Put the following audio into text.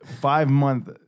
five-month